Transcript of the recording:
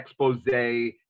Expose